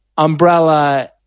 Umbrella